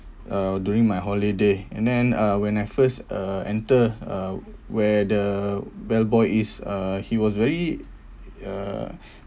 uh during my holiday and then uh when I first uh enter uh where the bell boy is uh he was very uh